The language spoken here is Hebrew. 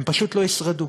הם פשוט לא ישרדו.